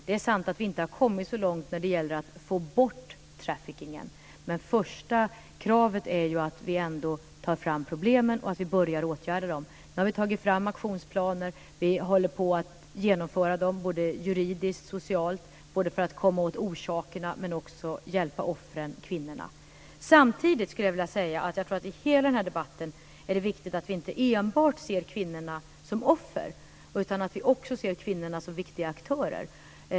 Det är sant att vi inte har kommit så långt när det gäller att få bort trafficking, men det första kravet är ändå att vi lyfter fram problemen och att vi börjar att åtgärda dem. Nu har vi tagit fram aktionsplaner. Vi håller på att genomföra dem både juridiskt och socialt för att komma åt orsakerna men också för att hjälpa offren, kvinnorna. Samtidigt skulle jag vilja säga att jag tror att i hela den här debatten är det viktigt att vi inte enbart ser kvinnorna som offer, utan att vi också ser kvinnorna som viktiga aktörer.